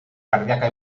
cardíaca